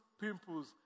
pimples